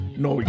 no